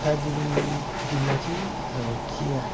दार्जिलिङ जिल्ला चैँ आबो चिया